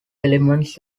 elements